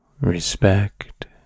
respect